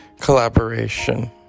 collaboration